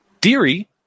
Deary